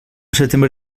setembre